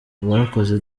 warakoze